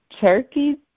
turkey